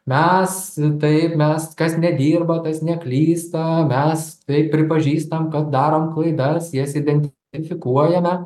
mes taip mes kas nedirba tas neklysta mes taip pripažįstam kad darom klaidas jas identifikuojame